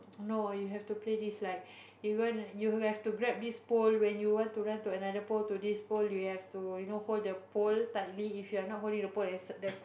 no you have play this like you going to you have to grab this pole when you want to run to another pole to this pole you have to you know hold the pole tightly if you are not holding the pole there's the the